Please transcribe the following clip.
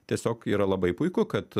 tiesiog yra labai puiku kad